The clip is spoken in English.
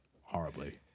horribly